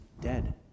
dead